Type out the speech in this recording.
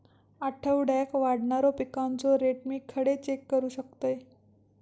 आठवड्याक वाढणारो पिकांचो रेट मी खडे चेक करू शकतय?